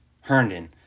Herndon